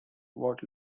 what